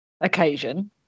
occasion